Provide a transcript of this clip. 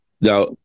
now